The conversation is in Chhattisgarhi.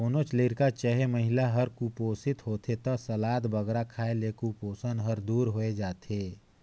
कोनोच लरिका चहे महिला हर कुपोसित होथे ता सलाद बगरा खाए ले कुपोसन हर दूर होए जाथे